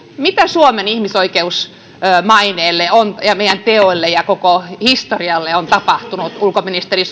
mitä suomen ihmisoikeusmaineelle ja meidän teoille ja koko historialle on tapahtunut ulkoministeri